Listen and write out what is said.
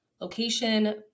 location